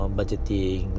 budgeting